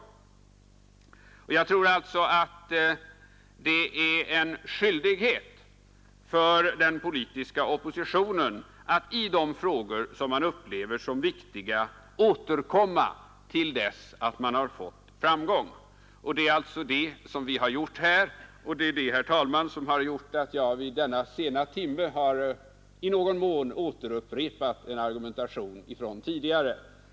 Jag tror alltså att det är en skyldighet för den politiska oppositionen att i de frågor som man upplever som viktiga återkomma till dess att man har nått framgång. Det är alltså det som vi har gjort här, och det är det, herr talman, som är orsaken till att jag vid denna sena timme har i någon mån upprepat en argumentation från tidigare.